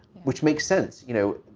which makes sense, you know,